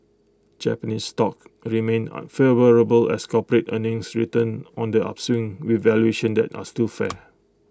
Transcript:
Japanese stocks remain unfavourable as corporate earnings return on the upswing with valuations that are still fair